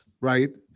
right